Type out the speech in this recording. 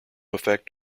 effect